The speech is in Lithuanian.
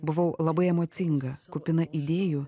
buvau labai emocinga kupina idėjų